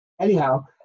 Anyhow